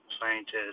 scientists